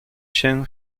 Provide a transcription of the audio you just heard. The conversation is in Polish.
się